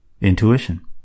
intuition